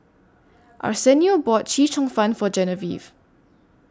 Arsenio bought Chee Cheong Fun For Genevieve